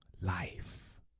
life